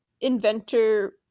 inventor